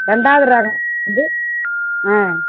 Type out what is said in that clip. ரெண்டாவது ரகம் வந்து ஆ